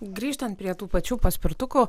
grįžtant prie tų pačių paspirtukų